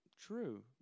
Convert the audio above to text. true